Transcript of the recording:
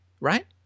right